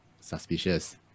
suspicious